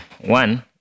One